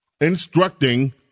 instructing